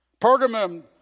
Pergamum